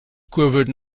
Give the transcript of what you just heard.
quivered